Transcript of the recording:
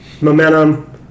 momentum